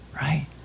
right